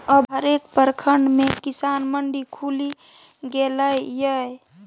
अब हरेक प्रखंड मे किसान मंडी खुलि गेलै ये